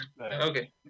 Okay